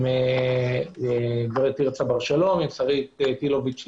עם הגב' תרצה בר-שלום, עם שרית דינוביץ לוי.